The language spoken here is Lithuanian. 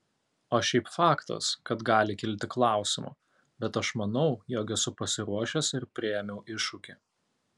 o šiaip faktas kad gali kilti klausimų bet aš manau jog esu pasiruošęs ir priėmiau iššūkį